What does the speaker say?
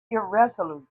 irresolute